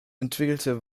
entwickelte